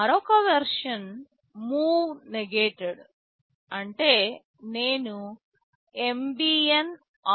మరొక version move negated అంటే నేను MVN r0